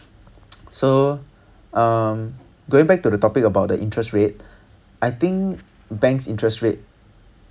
so um going back to the topic about the interest rate I think bank's interest rate